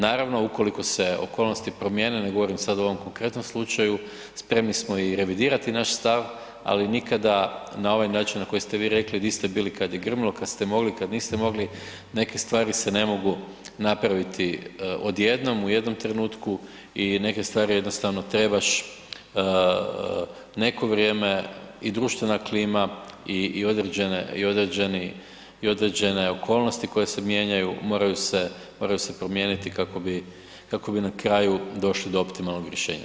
Naravno, ukoliko se okolnosti promijene, ne govorim sad o ovom konkretnom slučaju, spremni smo i revidirati naš stav, ali nikada na ovaj način na koji ste vi rekli, di ste bili kad je grmilo, kad ste mogli, kad niste mogli, neke stvari se ne mogu napraviti odjednom, u jednom trenutku i neke stvari jednostavno trebaš neko vrijeme, i društvena klima i određene okolnosti koje se mijenjaju, moraju se promijeniti kao bi na kraju došli do optimalnog rješenja.